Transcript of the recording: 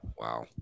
wow